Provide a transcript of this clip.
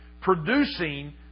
producing